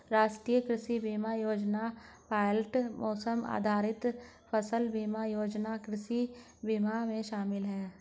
राष्ट्रीय कृषि बीमा योजना पायलट मौसम आधारित फसल बीमा योजना कृषि बीमा में शामिल है